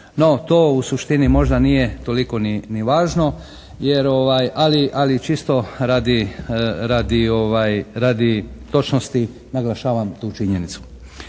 No, to u suštini možda nije toliko ni važno jer ali čisto radi točnosti naglašavam tu činjenicu.